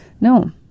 No